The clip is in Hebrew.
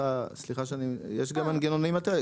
יש גם מנגנונים אלטרנטיביים.